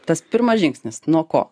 tas pirmas žingsnis nuo ko